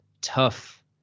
tough